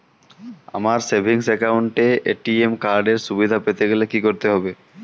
আমার savings account এ ATM card এর সুবিধা পেতে গেলে কি করতে হবে?